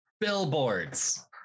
Billboards